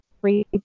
free